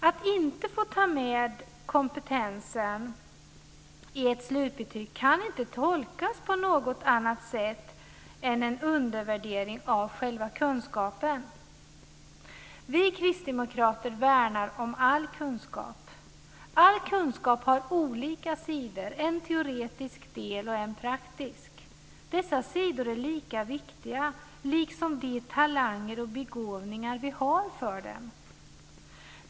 Att inte få ta med den kompetensen i ett slutbetyg kan inte tolkas på något annat sätt än en undervärdering av själva kunskapen. Vi kristdemokrater värnar om all kunskap. All kunskap har olika sidor, en teoretisk del och en praktisk. Dessa sidor är lika viktiga, liksom de talanger och begåvningar som vi har för dem.